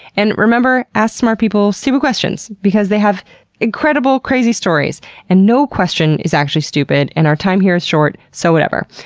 and remember to ask smart people stupid questions because they have incredible, crazy stories and no question is actually stupid and our time here is short, so whatever.